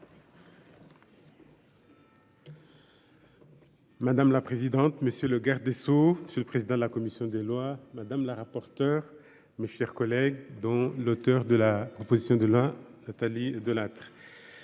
Madame la présidente, monsieur le garde des Sceaux, c'est le président de la commission des lois, madame la rapporteure, mes chers collègues, dont l'auteur de la proposition de l'Nathalie Delattre